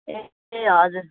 ए हजुर